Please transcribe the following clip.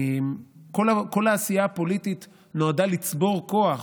כל העשייה הפוליטית נועדה לצבור כוח,